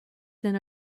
than